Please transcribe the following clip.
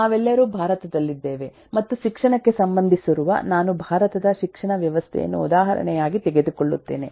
ನಾವೆಲ್ಲರೂ ಭಾರತದಲ್ಲಿದ್ದೇವೆ ಮತ್ತು ಶಿಕ್ಷಣಕ್ಕೆ ಸಂಬಂಧಿಸಿರುವುದರಿಂದ ನಾನು ಭಾರತದ ಶಿಕ್ಷಣ ವ್ಯವಸ್ಥೆಯನ್ನು ಉದಾಹರಣೆಯಾಗಿ ತೆಗೆದುಕೊಳ್ಳುತ್ತೇನೆ